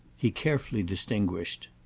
he carefully distinguished.